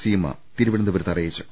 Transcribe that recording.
സീമ തിരുവനന്തപുരത്ത് അറി യിച്ചു